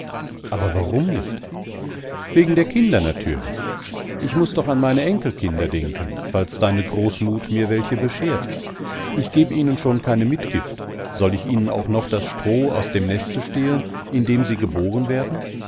aber warum nicht wegen der kinder natürlich ich muß doch an meine enkelkinder denken falls deine großmut mir welche beschert ich geb ihnen schon keine mitgift soll ich ihnen auch noch das stroh aus dem neste stehlen in dem sie geboren werden